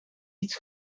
iets